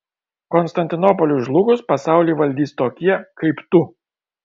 konstantinopoliui žlugus pasaulį valdys tokie kaip tu